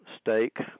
steak